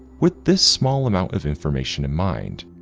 with this small amount of information in mind,